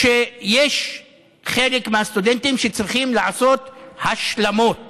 שחלק מהסטודנטים שצריכים לעשות השלמות